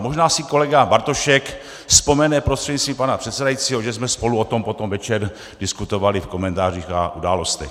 Možná si kolega Bartošek vzpomene prostřednictvím pana předsedajícího, že jsme spolu o tom potom večer diskutovali v Komentářích a událostech.